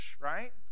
right